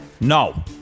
No